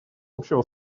общего